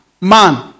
Man